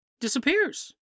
disappears